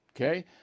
okay